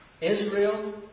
Israel